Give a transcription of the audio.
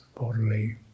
bodily